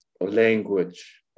language